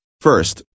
First